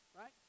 right